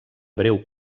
breu